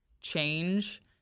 change